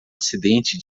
acidente